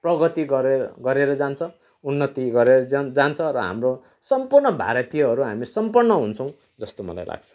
प्रगति गरे गरेर जान्छ उन्नति गरेर जान जान्छ र हाम्रो सम्पूर्ण भारतीयहरू हामी सम्पन्न हुन्छौँ जस्तो मलाई लाग्छ